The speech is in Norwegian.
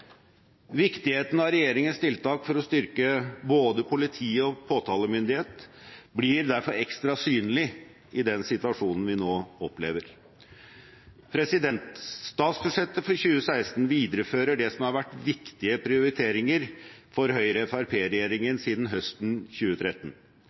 Viktigheten av regjeringens tiltak for å styrke både politi og påtalemyndighet blir derfor ekstra synlig i den situasjonen vi nå opplever. Statsbudsjettet for 2016 viderefører det som har vært viktige prioriteringer for Høyre–Fremskrittsparti-regjeringen siden høsten 2013.